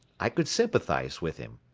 i could sympathize with him.